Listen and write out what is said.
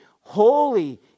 holy